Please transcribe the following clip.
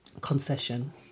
concession